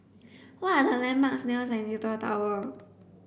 what are the landmarks near Centennial Tower